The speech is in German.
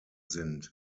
sind